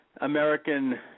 American